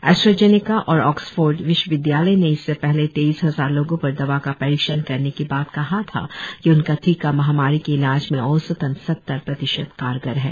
AstraZeneca और Oxford विश्वविदयालय ने इससे पहले तेईस हजार लोगों पर दवा का परीक्षण करने के बाद कहा था कि उनका टीका महामारी के इलाज में औसतन सत्तर प्रतिशत कारगर है